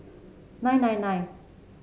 nine nine nine